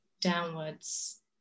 downwards